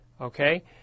Okay